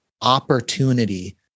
opportunity